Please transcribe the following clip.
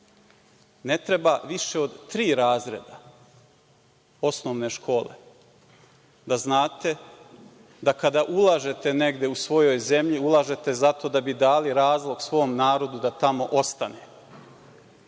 ne treba više od tri razreda osnovne škole da znate da kada ulažete negde u svojoj zemlji, ulažete zato da bi dali razlog svom narodu da tamo ostane.